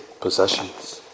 possessions